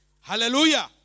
Hallelujah